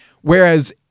Whereas